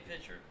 pitcher